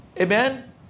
Amen